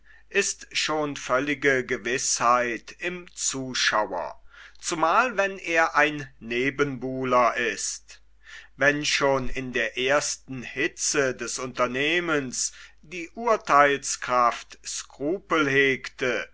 ist schon völlige gewißheit im zuschauer zumal wenn er ein nebenbuhler ist wenn schon in der ersten hitze des unternehmens die urtheilskraft skrupel hegte